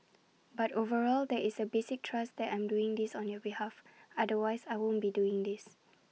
but overall there is that basic trust that I'm doing this on your behalf otherwise I wouldn't be doing this